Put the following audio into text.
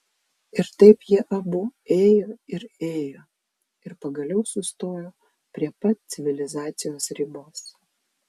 ir taip jie abu ėjo ir ėjo ir pagaliau sustojo prie pat civilizacijos ribos